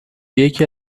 یکی